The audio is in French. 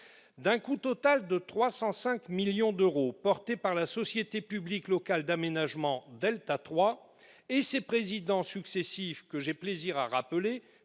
D'un coût total de 305 millions d'euros, porté par la société publique locale d'aménagement Delta 3 et ses présidents successifs Michel Delebarre,